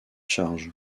charge